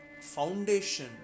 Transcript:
foundation